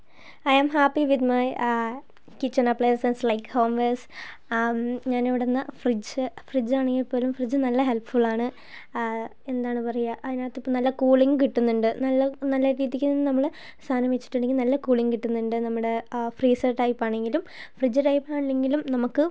I am happy with my kitchen appliances like homers ഞാനിവിടുന്ന് fridge ഫ്രിഡ്ജാണെങ്കിൽ പോലും fridge നല്ല ഹെല്പ്ഫുള്ളാണ് എന്താണ് പറയുക അതിനകത്ത് നല്ല കൂളിംഗ് കിട്ടുന്നുണ്ട് നല്ല നല്ല രീതിക്ക് തന്നെ നമ്മൾ സാധനം വെച്ചിട്ടുണ്ടെങ്കിൽ നല്ല കൂളിംഗ് കിട്ടുന്നുണ്ട് നമ്മുടെ ആ ഫ്രീസർ ടൈപ്പാണെങ്കിലും ഫ്രിഡ്ജ് ടൈപ്പാണെങ്കിലും നമുക്ക്